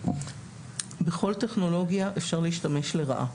בכל טכנולוגיה אפשר להשתמש לרעה.